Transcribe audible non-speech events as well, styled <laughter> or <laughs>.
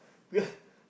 <laughs>